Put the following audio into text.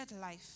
life